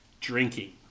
drinking